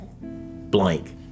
blank